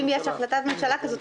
אם יש החלטת ממשלה כזאת,